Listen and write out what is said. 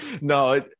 No